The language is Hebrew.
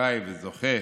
זכאי וזוכה